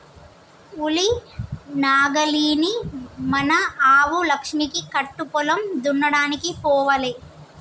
ఉలి నాగలిని మన ఆవు లక్ష్మికి కట్టు పొలం దున్నడానికి పోవాలే